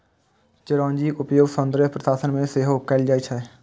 चिरौंजीक उपयोग सौंदर्य प्रसाधन मे सेहो कैल जाइ छै